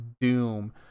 Doom